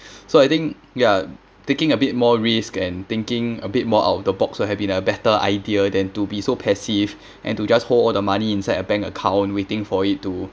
so I think ya taking a bit more risk and thinking a bit more out of the box would have been a better idea than to be so passive and to just hold all the money inside a bank account waiting for it to